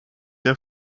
der